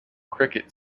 cricket